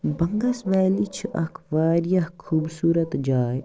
بنگَس وٮ۪لی چھِ اَکھ واریاہ خوٗبصوٗرَت جاے